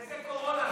איזה קורונה?